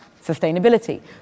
Sustainability